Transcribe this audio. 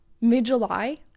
mid-july